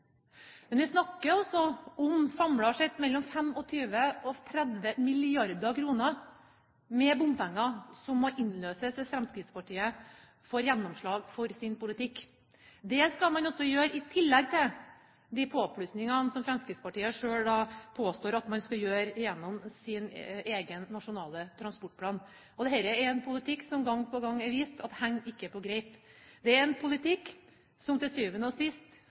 Men da må man innse at man taper saken, og så får man la det være med det. Vi snakker altså om, samlet sett, mellom 25 og 30 mrd. kr med bompenger som må innløses hvis Fremskrittspartiet får gjennomslag for sin politikk. Det skal man altså gjøre i tillegg til de påplussingene som Fremskrittspartiet selv – i sin egen nasjonale transportplan – påstår at man skal gjøre. Dette er en politikk som gang på gang har vist seg ikke å henge på greip. Det er en